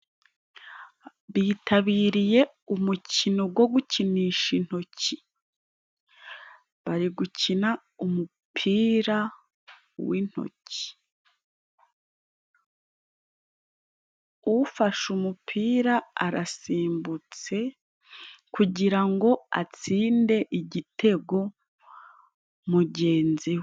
Bitabiriye umukino wo gukinisha intoki, bari gukina umupira w'intoki . Ufashe umupira arasimbutse, kugira ngo atsinde igitego mugenzi we.